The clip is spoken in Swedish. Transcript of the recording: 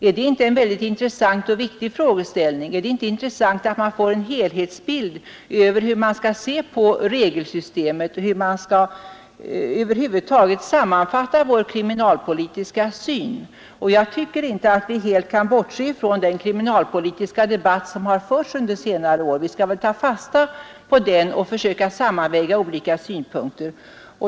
Är detta inte en intressant och viktig frågeställning? Är det inte intressant att få en helhetsbild av hur man skall se på regelsystemet och hur man över huvud taget skall sammanfatta vår kriminalpolitiska syn? Jag tycker inte att vi helt kan bortse från den kriminalpolitiska debatt, som förts under senare år. Vi skall väl ta fasta på den och försöka sammanväga olika synpunkter.